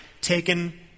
taken